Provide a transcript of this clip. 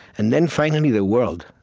and then finally the world.